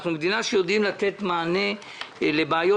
אנחנו מדינה שיודעת לתת מענה לבעיות